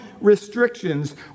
restrictions